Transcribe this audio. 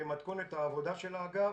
מתכונת העבודה של האגף,